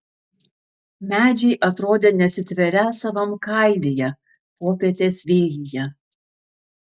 medžiai atrodė nesitverią savam kailyje popietės vėjyje